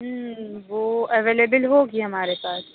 وہ اویلیبل ہوگی ہمارے پاس